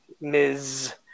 Ms